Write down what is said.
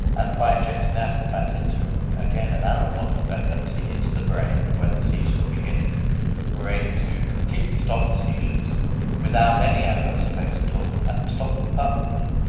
and by injecting that in fact into, again, an animal model of epilepsy, into the brain where the seizures were beginning, we were able to completely stop the seizures without any adverse effects at all and stop them permanently.